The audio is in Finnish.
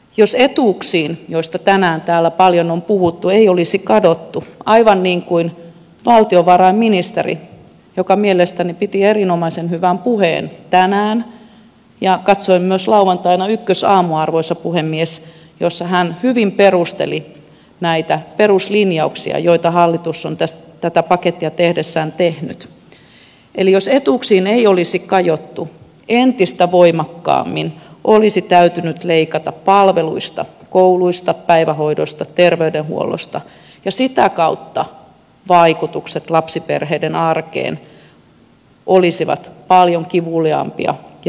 jos etuuksiin joista tänään täällä paljon on puhuttu ei olisi kajottu aivan niin kuin valtiovarainministeri joka mielestäni piti erinomaisen hyvän puheen tänään ja katsoin myös lauantaina ykkösaamua arvoisa puhemies jossa hän hyvin perusteli näitä peruslinjauksia joita hallitus on tätä pakettia tehdessään tehnyt jos etuuksiin ei olisi kajottu entistä voimakkaammin olisi täytynyt leikata palveluista kouluista päivähoidosta terveydenhuollosta ja sitä kautta vaikutukset lapsiperheiden arkeen olisivat paljon kivuliaampia ja voimakkaampia